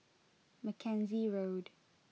Mackenzie Road